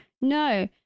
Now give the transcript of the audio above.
No